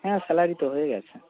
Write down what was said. হ্যাঁ স্যালারি তো হয়ে গিয়েছে